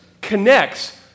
connects